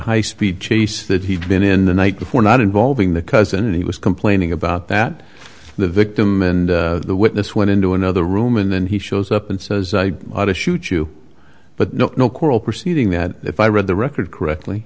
high speed chase that he'd been in the night before not involving the cousin he was complaining about that the victim and the witness went into another room and then he shows up and says i want to shoot you but no no coral proceeding that if i read the record correctly